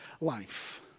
life